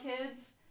kids